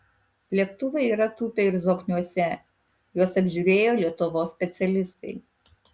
lėktuvai yra tūpę ir zokniuose juos apžiūrėjo lietuvos specialistai